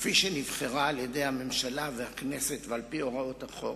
כפי שנבחרה על-ידי הממשלה והכנסת ועל-פי הוראות החוק,